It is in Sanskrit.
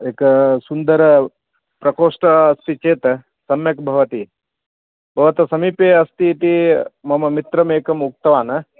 एकः सुन्दरः प्रकोष्ठः अस्ति चेत् सम्यक् भवति भवतः समीपे अस्ति इति मम मित्रम् एकम् उक्तवान्